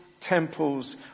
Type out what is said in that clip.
temples